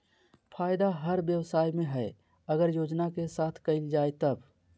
फायदा हर व्यवसाय में हइ अगर योजना के साथ कइल जाय तब